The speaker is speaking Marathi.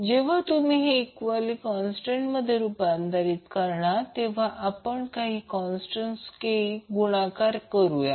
जेव्हा तुम्ही हे इक्ववली कॉन्स्टंटमध्ये रूपांतर करणार तेव्हा आपण काही कॉन्स्टंट k ने गुणाकार करूया